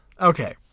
Okay